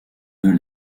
deux